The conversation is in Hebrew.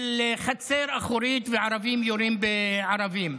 חצר אחורית, שערבים יורים בערבים.